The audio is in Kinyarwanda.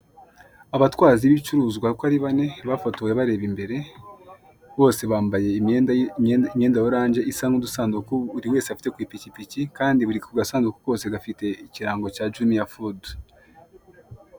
Abatwazi b'ibicuruzwa ko ari bane bafotowe bareba imbere bose bambaye imyenda, imyenda ya Orange isa nk'udusanduku buri wese afite ku ipikipiki kandi buri ku gasanduku kose gafite ikirango cya Junior Food.